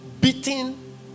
beating